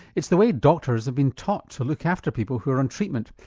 it's the way doctors have been taught to look after people who are on treatment,